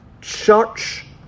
church